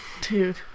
Dude